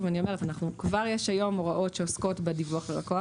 כבר יש היום הוראות שעוסקות בדיווח ללקוח